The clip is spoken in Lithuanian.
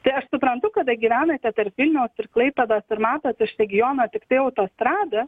tai aš suprantu kada gyvenate tarp vilniaus ir klaipėdos ir matot iš regiono tiktai autostradą